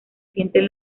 sienten